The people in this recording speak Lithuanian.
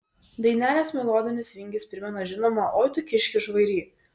dainelės melodinis vingis primena žinomą oi tu kiški žvairy